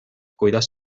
kuidas